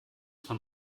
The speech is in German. von